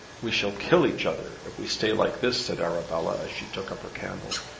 we shall kill each other if we stay like this, said arabella as she took up her candle.